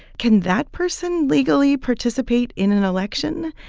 can that person legally participate in an election?